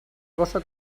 cosa